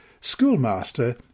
schoolmaster